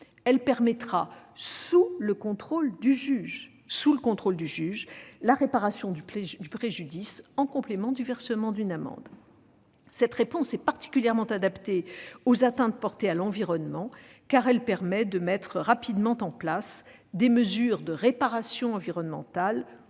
Elle permettra, sous le contrôle du juge, la réparation du préjudice en complément du versement d'une amende. Cette réponse est particulièrement adaptée aux atteintes portées à l'environnement, car elle permet de mettre rapidement en place des mesures de réparation environnementale